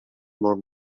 molt